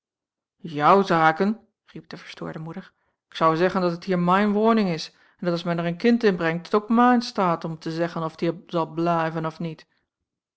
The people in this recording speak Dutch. zaken riep de verstoorde moeder ik zou zeggen dat t hier main weuning is en dat as men er een kind in brengt t ook an main staet om te zeggen of t hier zal blaiven of niet